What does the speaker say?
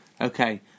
Okay